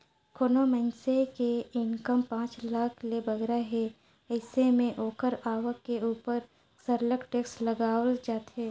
कोनो मइनसे के इनकम पांच लाख ले बगरा हे अइसे में ओकर आवक के उपर सरलग टेक्स लगावल जाथे